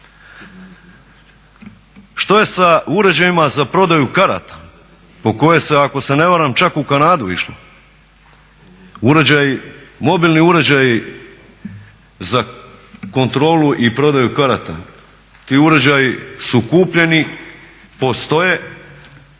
Što je sa uređajima za prodaju karata po koje se ako ne varam čak u Kanadu išlo? Uređaji, mobilni uređaji za kontrolu i prodaju karata, ti uređaji su kupljeni, postoje